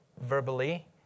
verbally